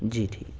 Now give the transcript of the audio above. جی ٹھیک